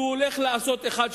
שהוא הולך לעשות 1,